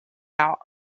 out